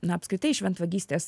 na apskritai šventvagystės